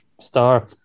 star